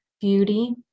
beauty